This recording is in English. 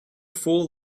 fool